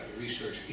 research